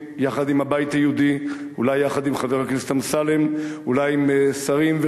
יחד עם הבית היהודי ואולי יחד עם חבר הכנסת אמסלם ואולי עם שרים,